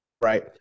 Right